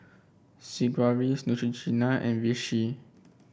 Sigvaris Neutrogena and Vichy